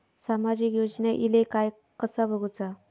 सामाजिक योजना इले काय कसा बघुचा?